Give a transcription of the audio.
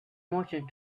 merchant